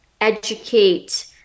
educate